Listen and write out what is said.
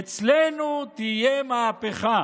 אצלנו תהיה מהפכה.